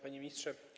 Panie Ministrze!